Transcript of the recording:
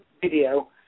video